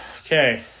okay